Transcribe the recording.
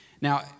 Now